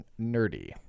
nerdy